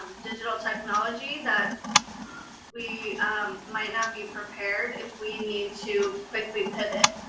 um digital technology, that we might not be prepared if we need to quickly pivot.